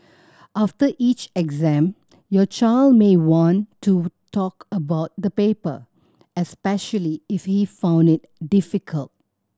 after each exam your child may want to talk about the paper especially if he found it difficult